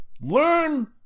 Learn